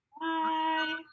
Bye